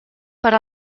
per